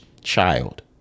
child